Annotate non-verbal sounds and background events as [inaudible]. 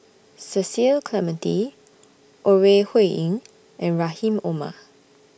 Cecil Clementi Ore Huiying [noise] and Rahim Omar